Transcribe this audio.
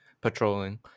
patrolling